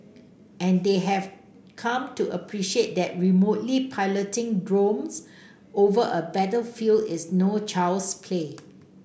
and they have come to appreciate that remotely piloting drones over a battlefield is no child's play